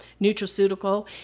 nutraceutical